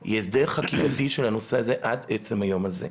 הוא הסדר חקיקתי של הנושא הזה שאינו עד עצם היום הזה.